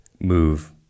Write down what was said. Move